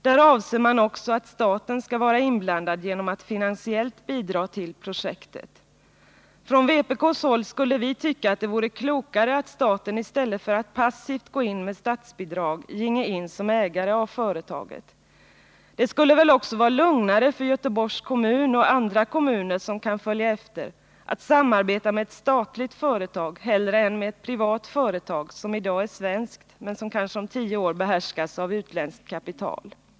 Där avser man också att staten skall vara inblandad, genom att finansiellt bidra till projektet. Från vpk skulle vi tycka att det vore klokare om staten, i stället för passivt gå in med statsbidrag, gick in som ägare av företaget. Det skulle väl också vara lugnare för Göteborgs kommun och andra kommuner som kan följa efter, att samarbeta med ett statligt företag än med ett privat företag, som i dag är svenskt men som kanske om tio år behärskas av utländskt kapital.